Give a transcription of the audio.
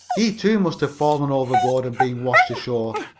he, too, must have fallen overboard and been washed ashore.